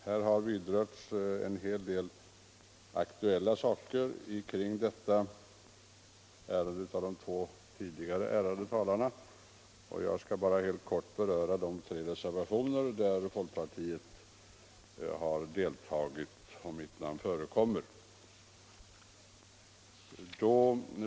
Här har de två tidigare talarna skildrat en hel del aktuella saker i detta avseende, och jag skall därför bara helt kort beröra de tre reservationer där folkpartiet har deltagit och där mitt namn förekommer.